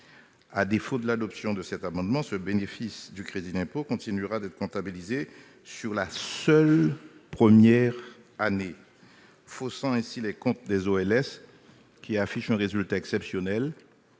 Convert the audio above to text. Sans l'adoption de cet amendement, un tel bénéfice continuera d'être comptabilisé sur la seule première année, faussant ainsi les comptes des OLS qui affichent un résultat exceptionnel